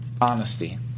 Honesty